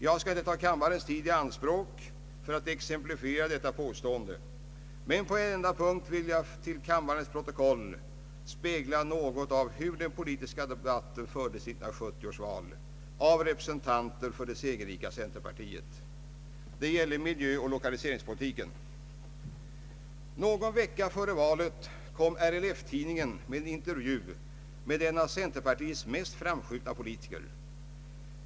Jag skall inte ta kammarens tid i anspråk för att exemplifiera detta påstående, men på en enda punkt vill jag för kammarens protokoll spegla något av hur den politiska debat ten fördes i 1970 års val av representanter för det segerrika centerpartiet. Det gäller miljöoch lokaliseringspolitiken. Någon vecka före valet publicerade RLF-tidningen en intervju med en av centerpartiets mest framskjutna politiker.